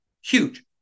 Huge